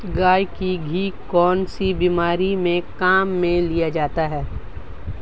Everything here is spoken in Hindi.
गाय का घी कौनसी बीमारी में काम में लिया जाता है?